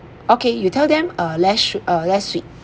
okay you tell them uh less sw~ uh less sweet